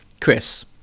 Chris